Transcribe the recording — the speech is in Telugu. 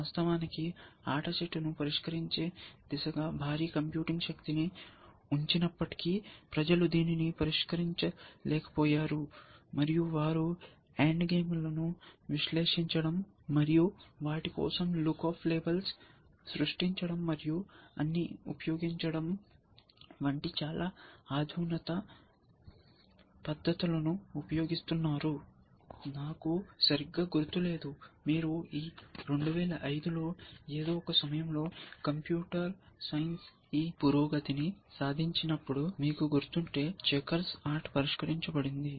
వాస్తవానికి ఆట చెట్లను పరిష్కరించే దిశగా భారీ కంప్యూటింగ్ శక్తిని ఉంచినప్పటికీ ప్రజలు దీనిని పరిష్కరించలేకపోయారు మరియు వారు ఎండ్ గేమ్లను విశ్లేషించడం మరియు వాటి కోసం లుక్ అప్ టేబుల్స్ సృష్టించడం మరియు అన్నీ ఉపయోగించడం వంటి చాలా అధునాతన పద్ధతులను ఉపయోగిస్తున్నారు నాకు సరిగ్గా గుర్తు లేదు మీరు ఈ 2005 లో ఏదో ఒక సమయంలో కంప్యూటర్ సైన్స్లో ఈ పురోగతిని సాధించినప్పుడు మీకు గుర్తుంటే చెక్కర్స్ ఆట పరిష్కరించబడింది